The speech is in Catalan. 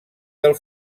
del